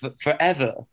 forever